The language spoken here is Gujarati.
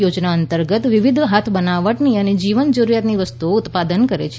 યોજના અંતર્ગત વિવિધ હાથ બનાવટની અને જીવન જરૂરીયાતની વસ્તુઓનું ઉત્પાદન કરે છે